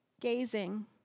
gazing